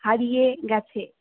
হারিয়ে গেছে